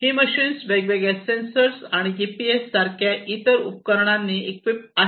ही machines वेगवेगळ्या sensor आणि GPS सारख्या इतर इतर उपकरणांनी इक्विप आहेत